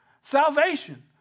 salvation